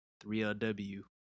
3lw